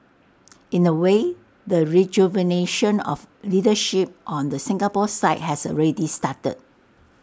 in A way the rejuvenation of leadership on the Singapore side has already started